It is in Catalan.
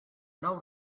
nou